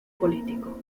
político